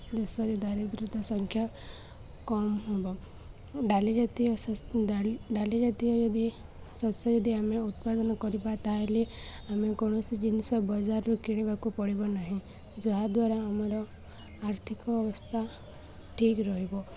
ଦେଶରେ ଦାରିଦ୍ର୍ୟତା ସଂଖ୍ୟା କମ୍ ହେବ ଡାଲି ଜାତୀୟ ଡାଲି ଜାତୀୟ ଯଦି ଶସ୍ୟ ଯଦି ଆମେ ଉତ୍ପାଦନ କରିବା ତା'ହେଲେ ଆମେ କୌଣସି ଜିନିଷ ବଜାରରୁ କିଣିବାକୁ ପଡ଼ିବ ନାହିଁ ଯାହା ଦ୍ୱାରା ଆମର ଆର୍ଥିକ ଅବସ୍ଥା ଠିକ୍ ରହିବ